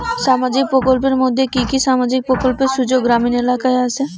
সামাজিক প্রকল্পের মধ্যে কি কি সামাজিক প্রকল্পের সুযোগ গ্রামীণ এলাকায় আসে?